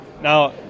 Now